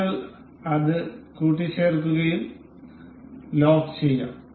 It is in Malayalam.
നിങ്ങൾ അത് കൂട്ടിച്ചേർക്കുകയും ലോക്ക് ചെയ്യും